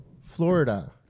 Florida